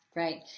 Great